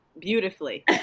beautifully